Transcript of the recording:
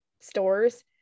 stores